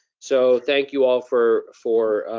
so thank you all for for